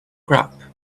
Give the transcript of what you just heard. crop